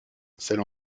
celle